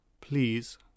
please